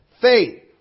faith